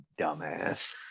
dumbass